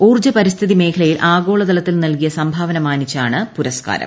ഊർജ്ജ പരിസ്ഥിതി മേഖലയിൽ ആഗോളതലത്തിൽ ന്റൽകിയ സംഭാവന മാനിച്ചാണ് പുരസ്ക്കാരം